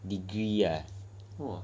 degree ah